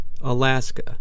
Alaska